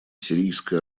сирийская